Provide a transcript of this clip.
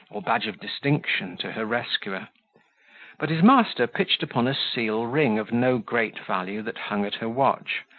or badge of distinction, to her rescuer but his master pitched upon a seal ring of no great value that hung at her watch,